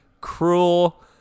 cruel